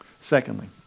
Secondly